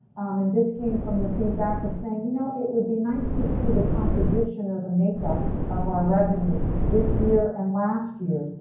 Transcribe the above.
and this came from the feedback of saying, you know, it would be nice to see the composition or the makeup of our revenue this year and last year.